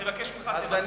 אני מבקש ממך, תמצה את זה.